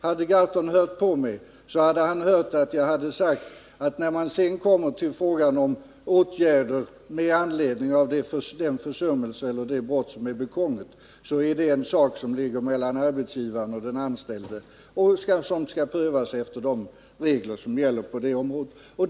Hade herr Gahrton lyssnat på mig hade han hört att jag sade att när man sedan kommer till frågan om åtgärder med anledning av den försummelse eller det brott som är begånget, så är det en sak mellan arbetsgivaren och den anställde och skall prövas efter de regler som gäller på det området.